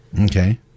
Okay